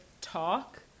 talk